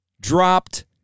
dropped